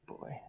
Boy